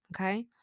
Okay